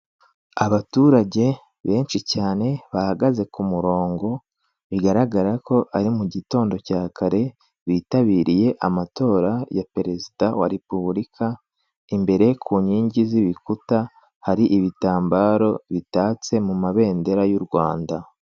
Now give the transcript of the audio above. Abaturage benshi cyane bahagaze ku murongo, bigaragara ko ari mu gitondo cya kare bitabiriye amatora ya Perezida wa Repubulika, imbere ku nkingi z'ibikuta hari ibitambaro bitatse mu mabendera y'u Rwanda.